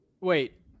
wait